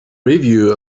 review